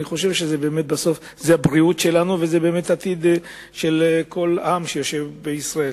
אני חושב שבסוף זו הבריאות שלנו והעתיד של כל העם שיושב בישראל.